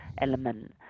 element